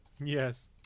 yes